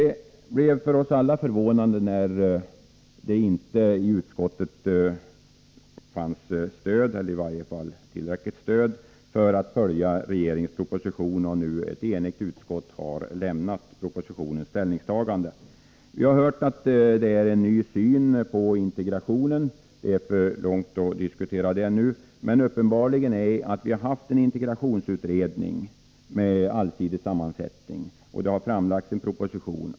Vi blev alla förvånade då det visade sig att det i utskottet inte fanns stöd, i varje fall inte tillräckligt stöd, för regeringens proposition på denna punkt. Nu har ett enigt utskott frångått propositionens ställningstagande. Vi har hört att det kommit fram en ny syn på integrationen. Det skulle föra för långt att diskutera det nu. Men uppenbart är att vi har haft en integrationsutredning med allsidig sammansättning, och det har framlagts en proposition.